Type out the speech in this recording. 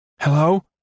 Hello